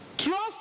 Trust